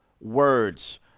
words